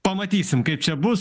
pamatysim kaip čia bus